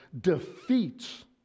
defeats